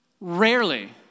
Rarely